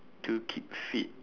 to keep fit